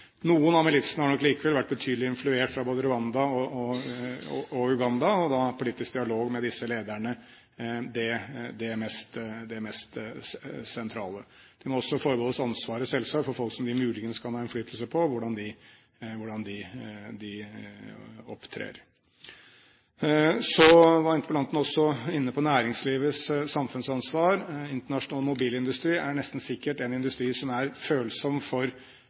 Noen av militsene har nok allikevel vært betydelig influert fra både Rwanda og Uganda, og da er politisk dialog med disse lederne det mest sentrale. Men vi må også selvsagt forbeholde oss ansvaret for folk som vi muligens kan ha innflytelse på, og hvordan de opptrer. Så var interpellanten også inne på næringslivets samfunnsansvar. Internasjonal mobilindustri er nesten sikkert en industri som er følsom for